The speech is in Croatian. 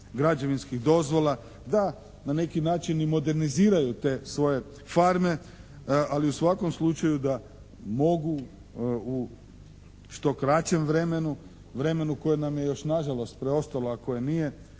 građevinskih dozvola, da na neki način i moderniziraju te svoje farme ali u svakom slučaju da mogu u što kraćem vremenu, vremenu koje nam je još nažalost preostalo a koje nije